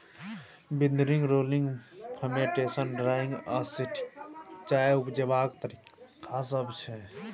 withering, rolling, fermentation, drying आ sorting चाय उपजेबाक तरीका सब छै